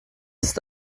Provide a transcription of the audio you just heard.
ist